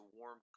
warm